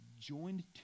joined